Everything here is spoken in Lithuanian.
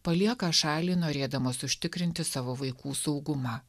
palieka šalį norėdamos užtikrinti savo vaikų saugumą